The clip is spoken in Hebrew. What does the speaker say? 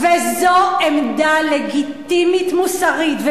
וזו עמדה לגיטימית מוסרית.